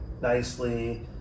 nicely